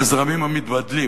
בזרמים המתבדלים